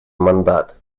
мандат